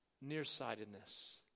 nearsightedness